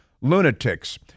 lunatics